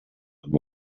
amb